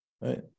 right